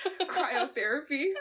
cryotherapy